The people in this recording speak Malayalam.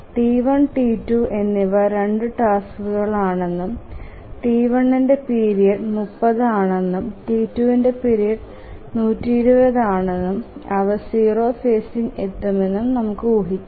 T1 T2 എന്നിവ 2 ടാസ്കുകളാണെന്നും T1 ന്റെ പീരിഡ് 30 ആണെന്നും T2 ന്റെ പിരീഡ് 120 ആണെന്നും അവ 0 ഫേസിങ് എത്തുമെന്ന് നമുക്ക് ഊഹിക്കാം